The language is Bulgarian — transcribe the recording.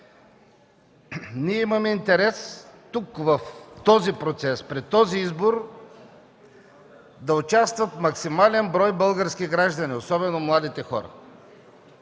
Ние имаме интерес тук в този процес при този избор да участват максимален брой български граждани, особено младите хора.